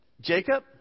Jacob